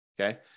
Okay